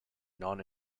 non